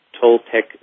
Toltec